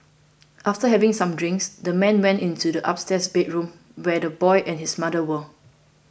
after having some drinks the man went into the upstairs bedroom where the boy and his mother were